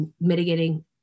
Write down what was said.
mitigating